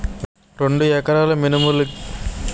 రెండు ఎకరాల మినుములు కి ఎన్ని కిలోగ్రామ్స్ విత్తనాలు కావలి?